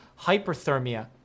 Hyperthermia